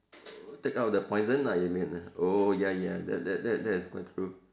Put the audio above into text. take out the poison lah you mean oh ya ya that that that that is quite true